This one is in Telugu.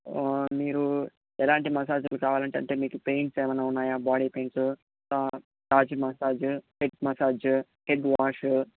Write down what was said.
మీరు ఎలాంటి మసాజులు కావాలి అంటే అంటే మీకు పెయిన్స్ ఏమైనా ఉన్నాయా బాడీ పెయిన్స్ తాజ్ massage head massage head wash